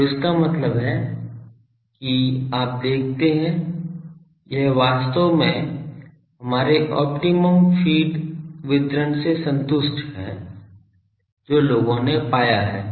तो इसका मतलब है कि आप देखते है यह वास्तव में हमारे ऑप्टिमम फ़ीड वितरण से संतुष्ट हैं जो लोगों ने पाया है